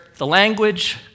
language